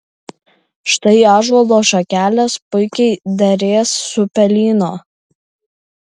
štai ąžuolo šakelės puikiai derės su pelyno